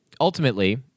ultimately